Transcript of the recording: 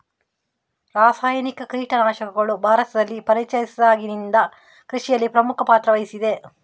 ರಾಸಾಯನಿಕ ಕೀಟನಾಶಕಗಳು ಭಾರತದಲ್ಲಿ ಪರಿಚಯಿಸಿದಾಗಿಂದ ಕೃಷಿಯಲ್ಲಿ ಪ್ರಮುಖ ಪಾತ್ರ ವಹಿಸಿದೆ